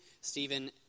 Stephen